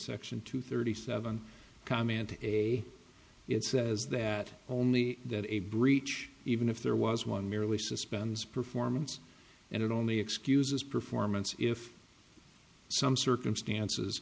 section two thirty seven comment a it says that only that a breach even if there was one merely suspends performance and it only excuses performance if some circumstances